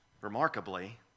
remarkably